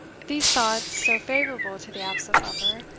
these thoughts, so favourable to the absent lover,